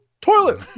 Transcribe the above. toilet